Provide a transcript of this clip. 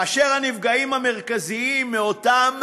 הנפגעים המרכזיים מאותם